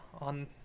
on